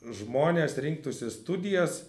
žmonės rinktųsi studijas